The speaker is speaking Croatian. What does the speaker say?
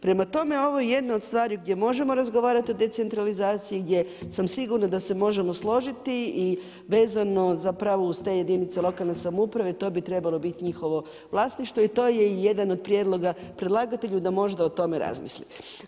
Prema tome, ovo je jedno od stvari gdje možemo razgovarati o decentralizaciji jer sam sigurna da se možemo složiti i vezano uz te jedinice lokalne samouprave to bi trebalo biti njihovo vlasništvo i to je jedan od prijedloga predlagatelju da možda o tome razmisli.